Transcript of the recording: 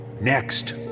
Next